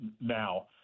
now